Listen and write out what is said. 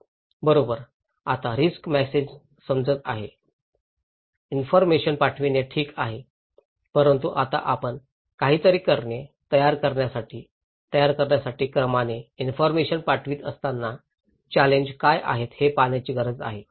बरोबर आता रिस्क मॅसेजास समजत आहे इन्फॉरमेशन पाठविणे ठीक आहे परंतु आता आपण काहीतरी करणे तयार करण्यासाठी तयार करण्यासाठी क्रमाने इन्फॉरमेशन पाठवित असताना चॅलेंज काय आहेत हे पाहण्याची गरज आहे